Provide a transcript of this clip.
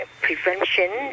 prevention